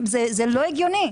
זה לא הגיוני.